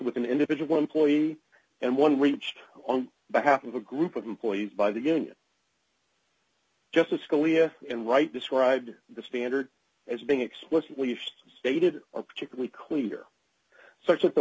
with an individual employee and one reached on behalf of a group of employees by the union justice scalia and wright described the standard as being explicitly stated are particularly clear such a